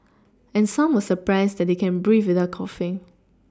and some were surprised that they can breathe without coughing